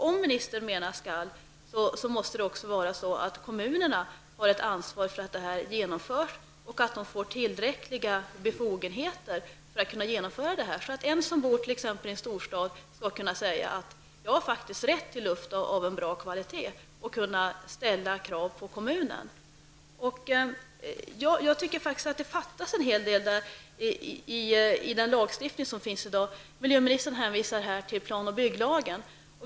Om ministern menar ''skall'' måste kommunerna ha ett ansvar för att förslaget genomförs och att de får tillräckliga befogenheter för det. Den som bor i en storstad skall kunna säga att han faktiskt har rätt till luft av bra kvalitet och kunna ställa krav på kommunen. Jag tycker faktiskt att det fattas en hel del i den lagstiftning som finns i dag. Miljöministern hänvisar till plan och bygglagen.